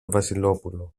βασιλόπουλο